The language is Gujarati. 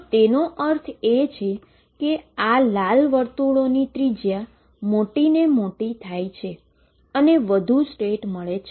તો તેનો અર્થ એ કે આ લાલ વર્તુળોની ત્રિજ્યા મોટી અને મોટી થાય છે અને વધુ સ્ટેટ મળે છે